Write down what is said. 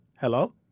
hello